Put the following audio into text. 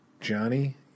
Johnny